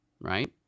right